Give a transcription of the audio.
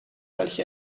welche